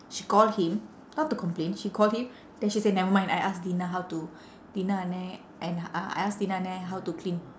she call him not to complain she call him then she say nevermind I ask dhina how to dhina அண்ணன்:annan and I ask dhina அண்ணன்:annan how to clean